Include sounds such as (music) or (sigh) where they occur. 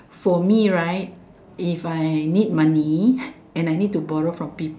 for me right if I need money (breath) and I need to borrow from peop~